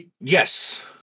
Yes